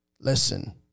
listen